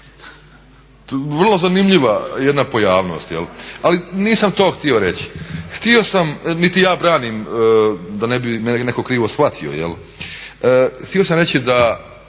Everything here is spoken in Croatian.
Vrlo zanimljiva jedna pojavnost ali nisam to htio reći niti ja branim, da ne bi netko krivo shvatio. Htio sam reći da